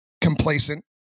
complacent